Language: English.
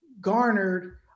garnered